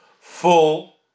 full